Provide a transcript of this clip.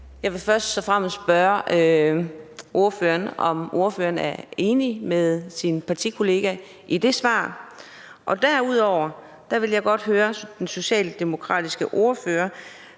Jeg vil først og fremmest spørge ordføreren, om ordføreren er enig med sin partikollega i det svar, og derudover vil jeg godt høre, hvad ordføreren